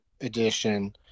edition